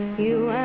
you